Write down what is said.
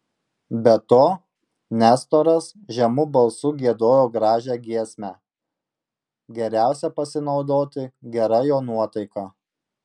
be to nestoras žemu balsu giedojo gražią giesmę geriausia pasinaudoti gera jo nuotaika